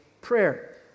prayer